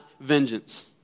vengeance